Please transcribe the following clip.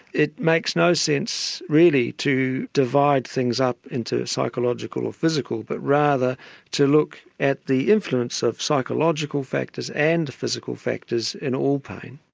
it makes no sense really to divide things up into psychological or physical but rather to look at the influence of psychological factors and physical factors in all pain.